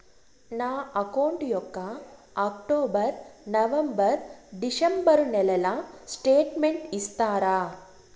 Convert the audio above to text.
నా అకౌంట్ యొక్క October, November, December నెలల స్టేట్మెంట్ ఇస్తారా?